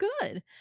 good